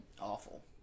Awful